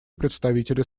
представителя